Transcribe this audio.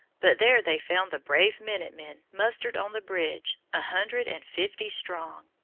but there they found the brave minute-men mustered on the bridge, a hundred and fifty strong.